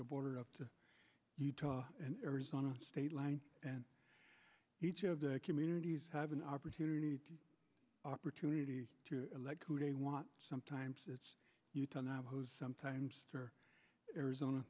the border up to utah and arizona state line and each of the communities have an opportunity opportunity to elect who they want sometimes it's utah navajos sometimes arizona